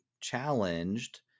challenged